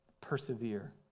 Persevere